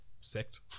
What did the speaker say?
sect